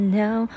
now